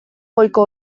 goiko